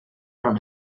from